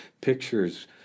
pictures